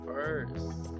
first